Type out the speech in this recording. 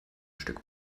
stück